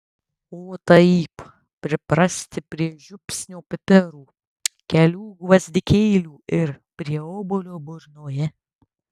o taip priprasti prie žiupsnio pipirų kelių gvazdikėlių ir prie obuolio burnoje